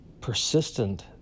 persistent